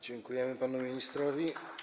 Dziękujemy panu ministrowi.